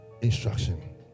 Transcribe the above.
Instruction